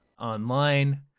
online